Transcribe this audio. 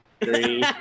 three